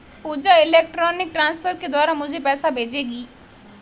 पूजा electronic transfer के द्वारा मुझें पैसा भेजेगी